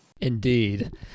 indeed